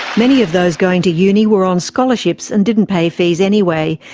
many of those going to uni were on scholarships and didn't pay fees anyway,